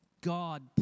God